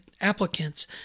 applicants